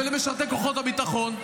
ולמשרתי כוחות הביטחון,